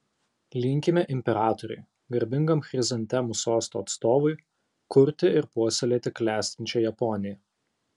linkime imperatoriui garbingam chrizantemų sosto atstovui kurti ir puoselėti klestinčią japoniją